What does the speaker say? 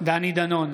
דני דנון,